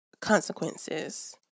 consequences